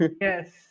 yes